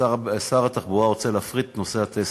ששר התחבורה רוצה להפריט את הטסטים.